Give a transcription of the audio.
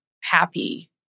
happy